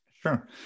Sure